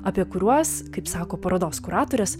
apie kuriuos kaip sako parodos kuratorės